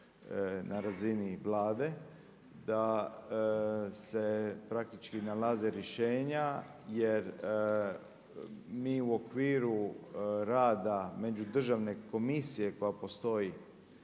na razini Vlade, da se praktički nalaze rješenja jer mi u okviru rada međudržavne komisije koja postoji